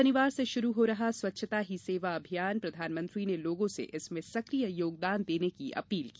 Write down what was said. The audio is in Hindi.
शनिवार से शुरू हो रहा स्वच्छता ही सेवा अभियान प्रधानमंत्री ने लोगों से इसमें सकिय योगदान देने की अपील की